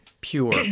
pure